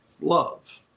love